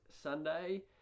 Sunday